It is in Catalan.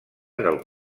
del